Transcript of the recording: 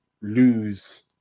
lose